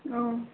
औ